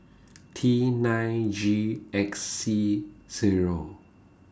T nine G X C Zero